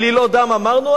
עלילות דם אמרנו?